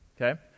Okay